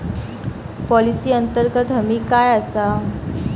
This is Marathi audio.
पॉलिसी अंतर्गत हमी काय आसा?